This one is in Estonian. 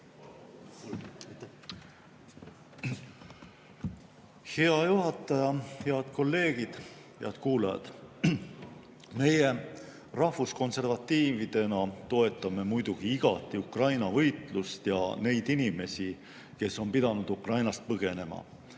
Hea juhataja! Head kolleegid! Head kuulajad! Meie rahvuskonservatiividena toetame muidugi igati Ukraina võitlust ja neid inimesi, kes on pidanud Ukrainast põgenema.